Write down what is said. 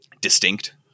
distinct